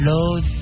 Load